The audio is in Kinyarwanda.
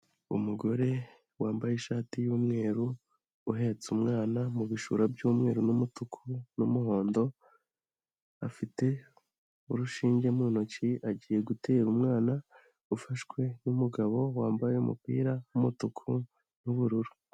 Umugore wambaye ishati y'umweru uhetse umwana mu bishura by'umweru n'umutuku n'umuhondo, afite urushinge mu ntoki agiye gutera umwana ufashwe n'umugabo wambaye umupira w'umutuku n'ubururu.